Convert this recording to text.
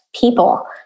people